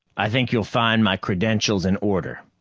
i think you'll find my credentials in order.